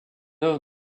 œuvre